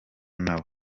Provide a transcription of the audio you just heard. nabo